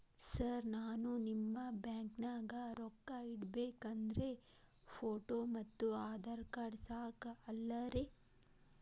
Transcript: Sir ನಾನು ನಿಮ್ಮ ಬ್ಯಾಂಕನಾಗ ರೊಕ್ಕ ಇಡಬೇಕು ಅಂದ್ರೇ ಫೋಟೋ ಮತ್ತು ಆಧಾರ್ ಕಾರ್ಡ್ ಸಾಕ ಅಲ್ಲರೇ?